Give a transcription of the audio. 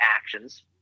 actions